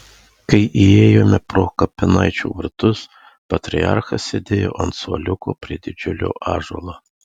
kai įėjome pro kapinaičių vartus patriarchas sėdėjo ant suoliuko prie didžiulio ąžuolo